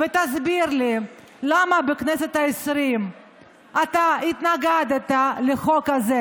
תסביר לי למה בכנסת העשרים אתה התנגדת לחוק הזה,